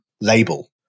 label